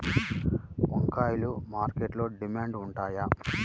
వంకాయలు మార్కెట్లో డిమాండ్ ఉంటాయా?